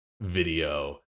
video